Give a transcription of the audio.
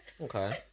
okay